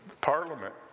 parliament